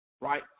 right